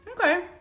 Okay